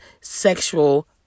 sexual